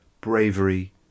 bravery